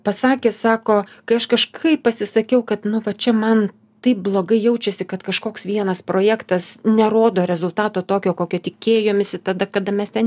pasakė sako kai aš kažkaip pasisakiau kad nu va čia man taip blogai jaučiasi kad kažkoks vienas projektas nerodo rezultato tokio kokio tikėjomisi tada kada mes ten